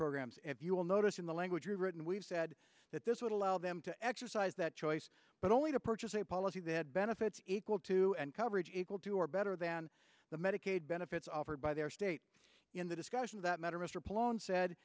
programs if you will notice in the language are written we've said that this would allow them to exercise that choice but only to purchase a policy that benefits equal to and coverage equal to or better than the medicaid benefits offered by their state in the discussions that matter